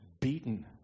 beaten